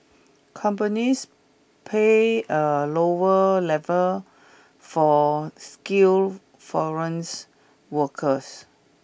companies pay a lower level for skilled foreign workers